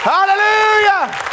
Hallelujah